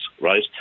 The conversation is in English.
right